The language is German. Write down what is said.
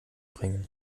bringen